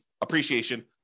appreciation